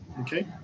okay